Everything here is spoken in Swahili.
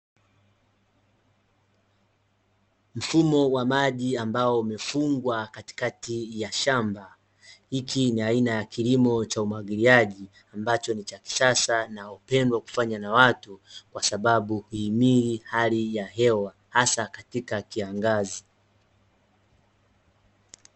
Mfumo wa maji ambao umefungwa katikati ya shamba. Hiki ni aina ya kilimo cha umwagiliaji, ambacho ni cha kisasa na hupendwa kufanywa na watu kwa sababu huhimili hali ya hewa hasa katika kiangazi.